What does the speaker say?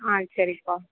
ஆ சரிப்பா